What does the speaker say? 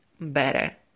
better